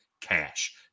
cash